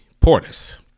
Portis